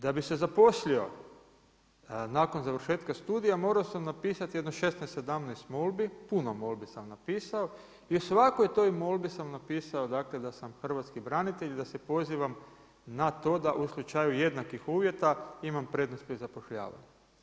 Da bi se zaposlio, nakon završetka studija, morao sam napisati jedno 16, 17 molbi, puno molbi sam napisao i u svakoj toj molbi sam napisao da sam hrvatski branitelj i da se pozivam na to da u slučaju jednakih uvjeta imam prednost pri zapošljavaju.